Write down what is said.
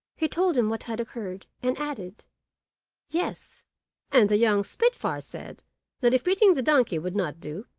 he told him what had occurred, and added yes and the young spitfire said that if beating the donkey would not do,